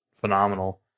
phenomenal